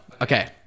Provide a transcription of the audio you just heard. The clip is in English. Okay